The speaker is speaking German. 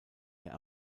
der